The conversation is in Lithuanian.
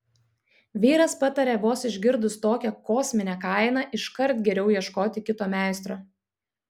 vyras patarė vos išgirdus tokią kosminę kainą iškart geriau ieškoti kito meistro